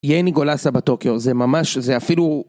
יני גולסה בטוקיו זה ממש זה אפילו